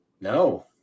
No